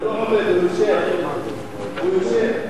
הוא לא עומד, הוא יושב.